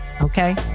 Okay